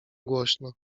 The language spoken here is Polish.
głośno